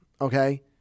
Okay